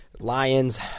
Lions